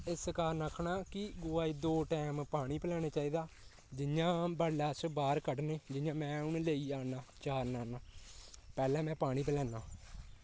इस कारण आखना कि गौआ ई दो टैम पानी पलैना चाहिदा जि'यां बड्डलै अस बाहर कड्ढने जि'यां में हून लेई जा ना चारन आना पैह्लें में पानी पलैना